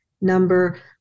number